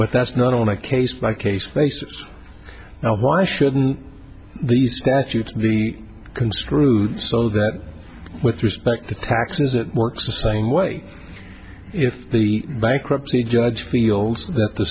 but that's not on a case by case basis now why shouldn't the statute be construed so that with respect to taxes it works the same way if the bankruptcy judge feels that the